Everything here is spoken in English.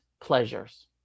pleasures